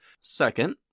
Second